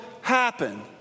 happen